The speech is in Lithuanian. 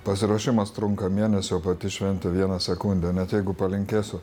pasiruošimas trunka mėnesį o pati šventė vieną sekundę net jeigu palinkėsiu